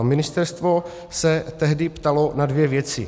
Ministerstvo se tehdy ptalo na dvě věci.